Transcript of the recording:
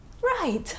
right